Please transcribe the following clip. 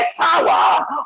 tower